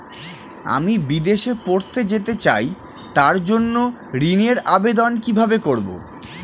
আমি বিদেশে পড়তে যেতে চাই তার জন্য ঋণের আবেদন কিভাবে করব?